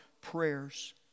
prayers